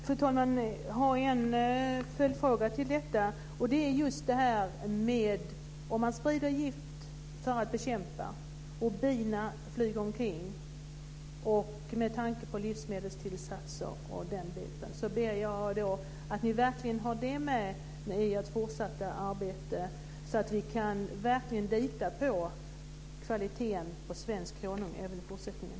Fru talman! Jag skulle vilja göra ett påpekande till detta. Man sprider gift för att bekämpa kvalster. Bina flyger omkring. Jag tänker på livsmedelstillsatser, t.ex. Jag ber er att ta med er det i ert fortsatta arbete, så att vi kan lita på kvaliteten på svensk honung även i fortsättningen.